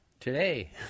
Today